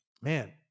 man